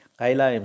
Kaila